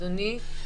אדוני,